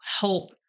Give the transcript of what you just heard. help